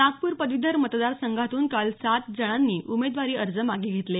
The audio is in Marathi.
नागपूर पदवीधर मतदार संघातून काल सात जणांनी उमेदवारी अर्ज मागे घेतले